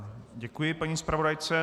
Děkuji paní zpravodajce.